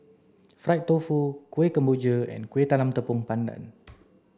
fried tofu Kueh Kemboja and Kuih Talam Tepong Pandan